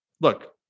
look